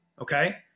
okay